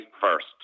first